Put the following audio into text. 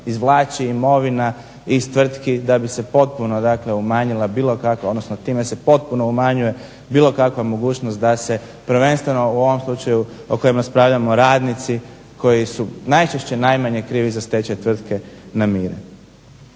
izvlači imovina iz tvrtki da bi se potpuno umanjila bilo kakva odnosno time se potpuno umanjuje bilo kakva mogućnost da se prvenstveno u ovom slučaju o kojem raspravljamo radnici koji su najčešće najmanje za stečaj tvrtke namiri.